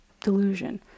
delusion